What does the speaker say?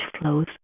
flows